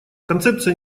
концепция